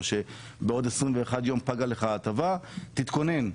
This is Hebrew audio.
שבעוד 21 ימים פגה לו ההטבה ושיתכונן,